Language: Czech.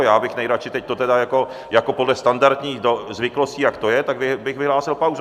Já bych nejradši to tedy jako podle standardních zvyklostí, jak to je, tak bych vyhlásil pauzu.